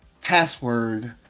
password